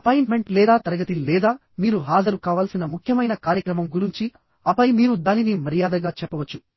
appointment లేదా తరగతి లేదా మీరు హాజరు కావాల్సిన ముఖ్యమైన కార్యక్రమం గురుంచిఆపై మీరు దానిని మర్యాదగా చెప్పవచ్చు